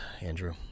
Andrew